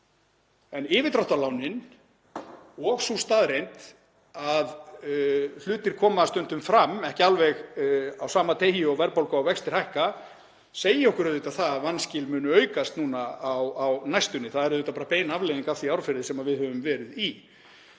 En yfirdráttarlánin og sú staðreynd að hlutir koma stundum fram ekki alveg á sama degi og verðbólga og vextir hækka segir okkur að vanskil muni aukast núna á næstunni. Það er bara bein afleiðing af því árferði sem við höfum verið í.